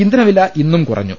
ഇന്ധനവില ഇന്നും കുറഞ്ഞു